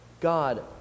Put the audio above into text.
God